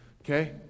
Okay